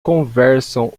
conversam